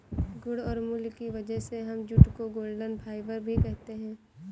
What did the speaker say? गुण और मूल्य की वजह से हम जूट को गोल्डन फाइबर भी कहते है